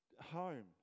home